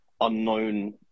unknown